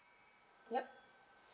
yup